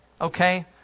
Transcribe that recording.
okay